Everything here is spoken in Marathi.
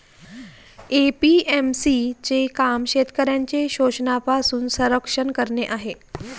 ए.पी.एम.सी चे काम शेतकऱ्यांचे शोषणापासून संरक्षण करणे आहे